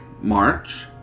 March